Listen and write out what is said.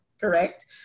correct